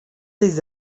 des